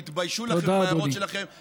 תתביישו לכם עם ההערות שלכם תודה, אדוני.